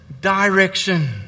direction